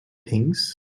things